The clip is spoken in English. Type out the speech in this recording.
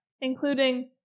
including